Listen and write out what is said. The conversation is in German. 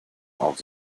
auch